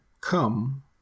come